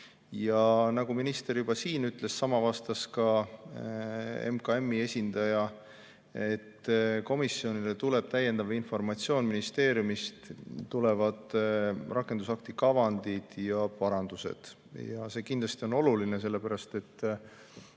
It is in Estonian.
Ja nagu minister siin täna ütles, vastas meile sama ka MKM-i esindaja, et komisjonile tuleb täiendav informatsioon, ministeeriumist tulevad rakendusakti kavandid ja parandused. Ja see kindlasti on oluline, sellepärast et